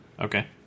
Okay